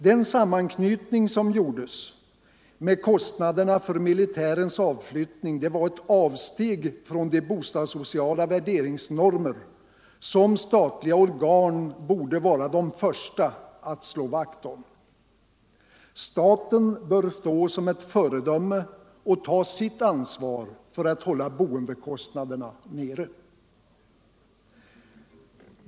Den sammanknytning som gjordes med kostnaderna för militärens avflyttning var ett avsteg från de bostadssociala värderingsnormer som statliga organ borde vara de första att slå vakt om. Staten bör stå som ett föredöme och ta sitt ansvar för att hålla boendekostnaderna nere.